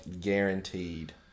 guaranteed